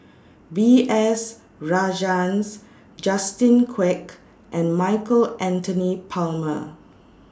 B S Rajhans Justin Quek and Michael Anthony Palmer